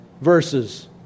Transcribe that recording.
verses